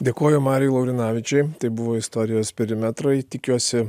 dėkoju mariui laurinavičiui tai buvo istorijos perimetrai tikiuosi